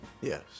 Yes